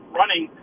running